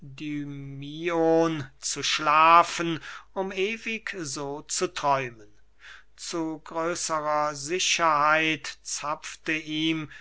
zu schlafen um ewig so zu träumen zu größerer sicherheit zapfte ihm